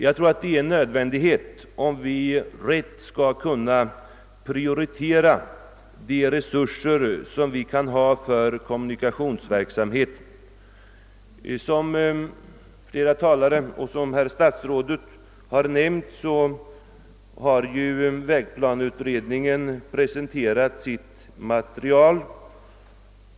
Jag tror det är nödvändigt om vi skall kunna göra en riktig prioritering av de resurser som finns tillgängliga för kommunikationerna. Som statsrådet och flera andra talare nämnt har vägplaneutredningen presenterat sitt material.